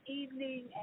evening